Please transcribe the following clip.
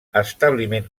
establiment